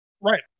right